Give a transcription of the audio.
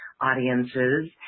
audiences